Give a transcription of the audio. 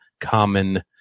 common